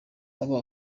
abo